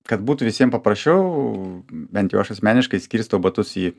kad būtų visiem paprasčiau bent jau aš asmeniškai skirstau batus į